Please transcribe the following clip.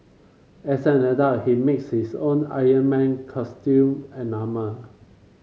as an adult he makes his own Iron Man costume and armour